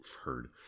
heard